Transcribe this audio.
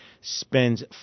spends